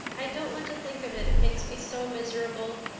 i don't want to think of it, it makes me so miserable,